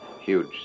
huge